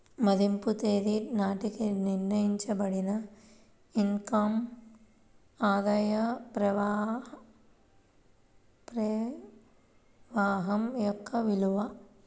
మదింపు తేదీ నాటికి నిర్ణయించబడిన ఇన్ కమ్ ఆదాయ ప్రవాహం యొక్క విలువ